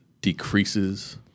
decreases